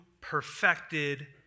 perfected